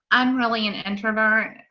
i'm really an introvert.